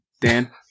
Dan